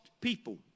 people